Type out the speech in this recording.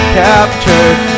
captured